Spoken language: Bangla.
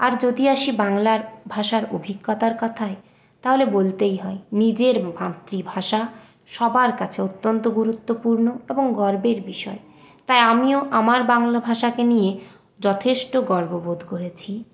আর যদি আসি বাংলার ভাষার অভিজ্ঞতার কথায় তাহলে বলতেই হয় নিজের মাতৃভাষা সবার কাছে অত্যন্ত গুরুত্বপূর্ণ এবং গর্বের বিষয় তাই আমিও আমার বাংলা ভাষাকে নিয়ে যথেষ্ট গর্ব বোধ করেছি